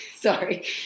Sorry